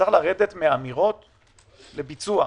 צריך לרדת מאמירות לביצוע.